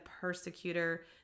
persecutor